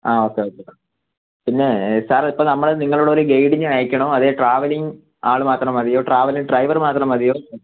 ആ okay okay പിന്നെ sir ഇപ്പം നമ്മൾ നിങ്ങളുടെ കൂടെ ഒരു ഗൈഡിനെ അയയ്ക്കണോ അതോ ട്രാവലിങ്ങ് ആൾ മാത്രം മതിയോ ട്രാവൽ ഡ്രൈവർ മാത്രം മതിയോ